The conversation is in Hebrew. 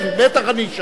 בטח אני אשרת.